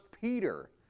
Peter